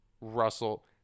russell